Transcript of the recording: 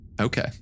Okay